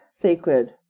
sacred